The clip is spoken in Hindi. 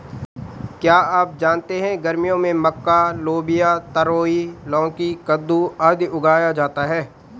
क्या आप जानते है गर्मियों में मक्का, लोबिया, तरोई, लौकी, कद्दू, आदि उगाया जाता है?